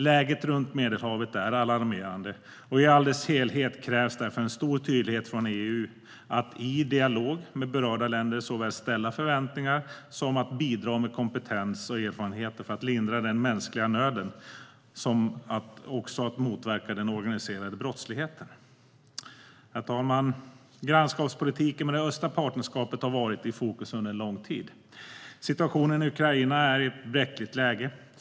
Läget runt Medelhavet är alarmerande, och i all dess helhet krävs därför en stor tydlighet från EU att i dialog med berörda länder såväl ställa upp förväntningar som bidra med kompetens och erfarenheter för att lindra den mänskliga nöden samt motverka den organiserade brottsligheten. Herr talman! Grannskapspolitiken med det östra partnerskapet har varit i fokus under en lång tid. Situationen i Ukraina är i ett bräckligt läge.